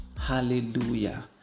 Hallelujah